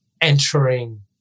entering